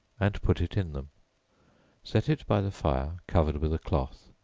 and put it in them set it by the fire, covered with a cloth,